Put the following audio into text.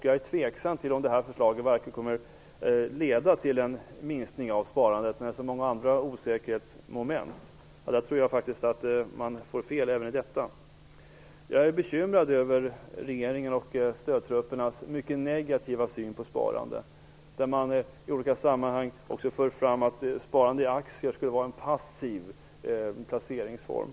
Jag är tveksam till om det här förslaget verkligen kommer att leda till en minskning av sparandet. Det finns så många andra osäkerhetsmoment. Jag tror faktiskt att man har fel även i detta. Jag är bekymrad över regeringens och stödtruppernas mycket negativa syn på sparandet. I olika sammanhang för man även fram att sparande i aktier skulle vara en passiv placeringsform.